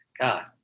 God